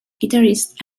guitarist